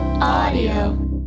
Audio